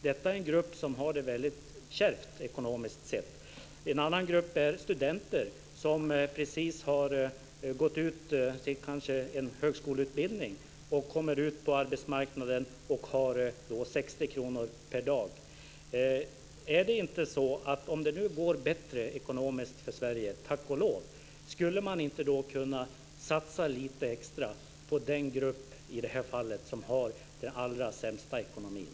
Detta är en grupp som har det väldigt kärvt ekonomiskt sett. En annan grupp är studenter som precis har gått ut en högskoleutbildning och kommer ut på arbetsmarknaden. De får också 60 kr per dag. När det nu går bättre ekonomiskt för Sverige, tack och lov, skulle man då inte kunna satsa lite extra på den grupp som i det här fallet har den allra sämsta ekonomin?